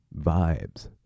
Vibes